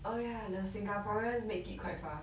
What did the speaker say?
oh ya the singaporeans make it quite far